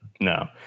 no